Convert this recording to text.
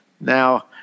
now